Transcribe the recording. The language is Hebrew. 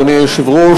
אדוני היושב-ראש,